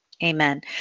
Amen